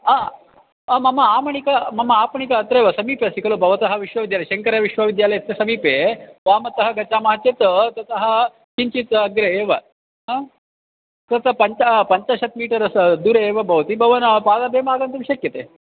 आं मम आपणं मम आपणम् अत्रैव समीपे अस्ति खलु भवतः विश्वविद्यालयः शङ्करविश्वविद्यालयस्य समीपे वामतः गच्छामः चेत् ततः किञ्चित् अग्रे एव अत्र तत्र पञ्च पञ्चाशत् मीटर्स् दूरे एव भवति भवान् पादमेव आगन्तुं शक्यते